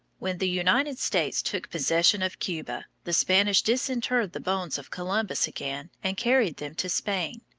when the united states took possession of cuba, the spanish disinterred the bones of columbus again and carried them to spain,